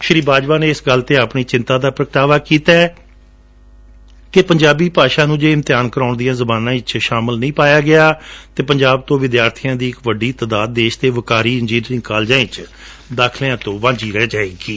ਸ੍ਰੀ ਬਾਜਵਾ ਨੇ ਇਸ ਗੱਲ ਤੇ ਆਪਣੀ ਚਿੰਤਾ ਦਾ ਪ੍ਰਗਟਾਵਾ ਕੀਤੈ ਕਿ ਪੰਜਾਬੀ ਭਾਸ਼ਾ ਨੂੰ ਇਮਤਿਹਾਨ ਕਰਾਉਣ ਦੀਆਂ ਜਬਾਨਾਂ ਵਾਲੀ ਸੂਚੀ ਵਿਚ ਨਹੀ ਪਾਇਆ ਗਿਆ ਤਾਂ ਪੰਜਾਬ ਤੋਂ ਵਿਦਿਆਰਬੀਆਂ ਦੀ ਇਕ ਵੱਡੀ ਤਾਦਾਦ ਦੇਸ਼ ਦੇ ਵਕਾਰੀ ਇੰਜੀਨੀਅਰਿੰਗ ਕਾਲਜਾਂ ਵਿਚ ਦਾਖਲਿਆਂ ਤੋਂ ਵਾਂਝੇ ਰਹਿ ਜਾਣਗੇ